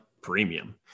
Premium